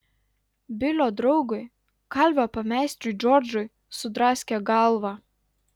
bilio draugui kalvio pameistriui džordžui sudraskė galvą